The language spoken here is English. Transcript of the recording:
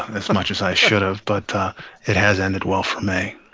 as much as i should have, but it has ended well for me